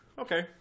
Okay